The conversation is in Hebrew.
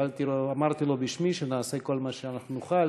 אמרתי לו בשמי שנעשה כל מה שאנחנו נוכל